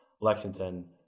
Lexington